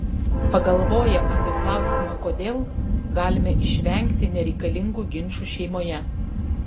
pagalvoję apie klausimą kodėl galime išvengti nereikalingų ginčų šeimoje